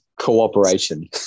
cooperation